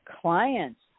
clients